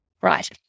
Right